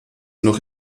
noch